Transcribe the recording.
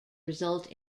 result